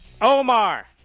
Omar